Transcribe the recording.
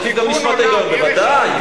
ערך אמיתי, בוודאי,